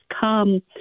come